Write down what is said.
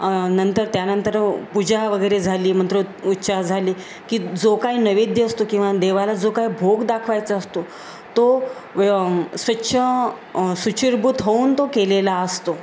नंतर त्यानंतर पूजा वगैरे झाली मंत्र उच्चार झाली की जो काय नैवेद्य असतो किंवा देवाला जो काय भोग दाखवायचा असतो तो स्वच्छ शुचिर्भूत होऊन तो केलेला असतो